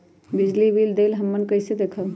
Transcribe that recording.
बिजली बिल देल हमन कईसे देखब?